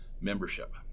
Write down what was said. membership